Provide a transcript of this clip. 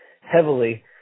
heavily